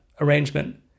arrangement